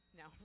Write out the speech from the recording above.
no